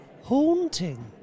haunting